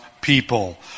people